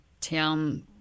town